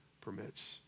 permits